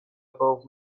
باغ